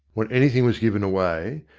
when anything was given away,